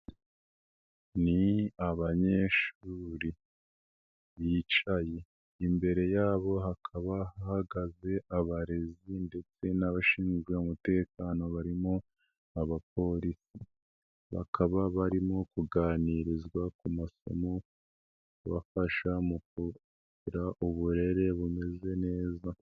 Ni abanyeshuri, bicaye, imbere yabo hakaba hahagaze abarezi ndetse n'abashinzwe umutekano, barimo abapolisi, bakaba barimo kuganirizwa ku masomo, abafasha mu kugira uburere bumeze neza.